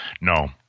No